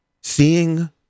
seeing